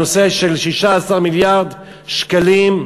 הנושא של 16 מיליארד שקלים,